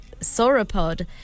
sauropod